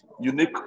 unique